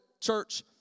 church